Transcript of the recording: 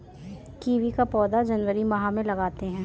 kiwi का पौधा जनवरी माह में लगाते हैं